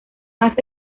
más